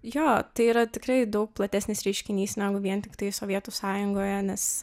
jo tai yra tikrai daug platesnis reiškinys negu vien tiktai sovietų sąjungoje nes